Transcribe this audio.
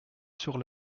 sur